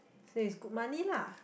say is good money lah